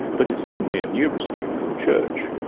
but it has given me a new respect for the church.